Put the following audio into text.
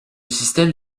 système